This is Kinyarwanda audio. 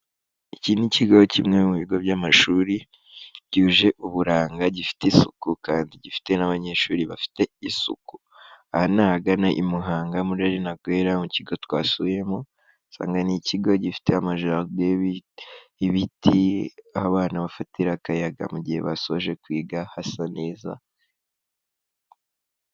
Iki ni ikigo kimwe mu bigo by'amashuri byuje uburanga gifite isuku kandi gifite n'abanyeshuri bafite isuku aha ni ahagana i Muhanga muri erenagwera mu kigo twasuyemo dusanga ni ikigo gifite amajaride n'ibiti abana bafatira akayaga mu gihe basoje kwiga hasa neza.